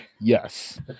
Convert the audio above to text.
Yes